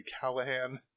Callahan